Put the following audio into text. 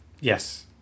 yes